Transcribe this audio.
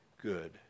good